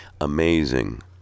Amazing